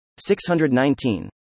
619